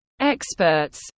experts